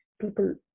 people